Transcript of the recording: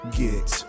get